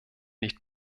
nicht